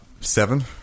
seven